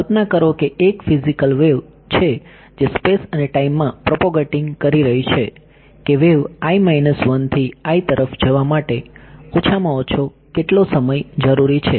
કલ્પના કરો કે એક ફિઝિકલ વેવ છે જે સ્પેસ અને ટાઈમમાં પ્રોપોગેટિંગ કરી રહી છે કે વેવ થી જવા માટે ઓછામાં ઓછો સમય કેટલો જરૂરી છે